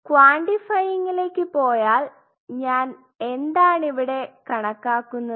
ക്വാണ്ടിഫൈയിംഗിലേക്ക് പോയാൽ ഞാൻ എന്താണ് ഇവിടെ കണക്കാക്കുന്നത്